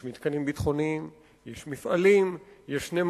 יש מתקנים ביטחוניים, יש מפעלים, יש נמלים.